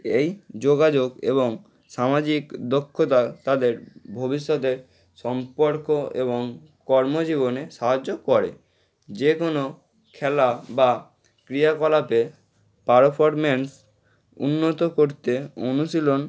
এই যোগাযোগ এবং সামাজিক দক্ষতা তাদের ভবিষ্যতে সম্পর্ক এবং কর্মজীবনে সাহায্য করে যে কোনো খেলা বা ক্রিয়াকলাপে পারফর্মেন্স উন্নত করতে অনুশীলন